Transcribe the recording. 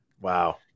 wow